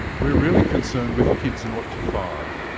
we're really concerned with kids naught to five.